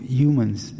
humans